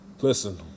Listen